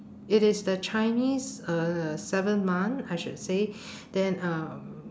it is the chinese uh seventh month I should say then um